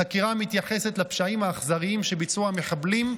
החקירה מתייחסת לפשעים האכזריים שביצעו המחבלים,